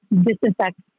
disinfect